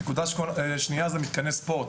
נקודה שנייה זה מתקני ספורט.